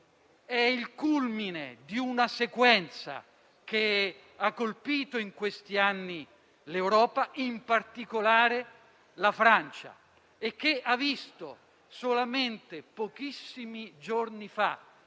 è il culmine di una sequenza che ha colpito in questi anni l'Europa, in particolare la Francia, e che ha visto solamente pochissimi giorni fa,